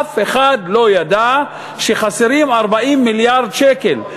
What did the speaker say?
אף אחד לא ידע שחסרים 40 מיליארד שקל.